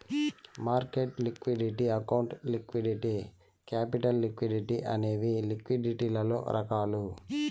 market liquidity account liquidity capital liquidity అనేవి లిక్విడిటీలలో రకాలు